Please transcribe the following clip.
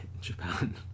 Japan